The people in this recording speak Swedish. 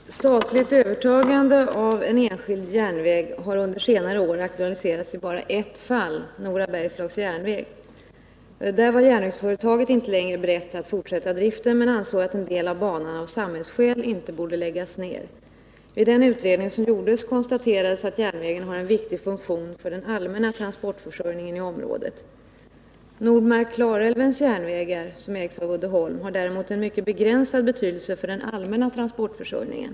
Herr talman! Statligt övertagande av en enskild järnväg har under senare år aktualiserats i bara ett fall, Nora Bergslags järnväg. Där var järnvägsföretaget inte längre berett att fortsätta driften men ansåg att en del av banan av samhällsskäl inte borde läggas ned. Vid den utredning som gjordes konstaterades att järnvägen har en viktig funktion för den allmänna transportför Nordmark-Klarälvens järnvägar, som ägs av Uddeholm, har däremot en begränsad betydelse för den allmänna transportförsörjningen.